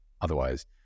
otherwise